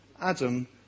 Adam